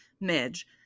Midge